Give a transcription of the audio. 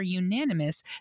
unanimous